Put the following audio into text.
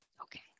Okay